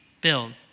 build